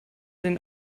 den